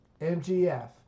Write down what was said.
MGF